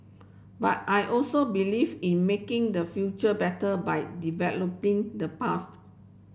but I also believe in making the future better by developing the past